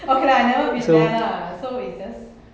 okay lah I never been there lah so it's just